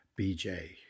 BJ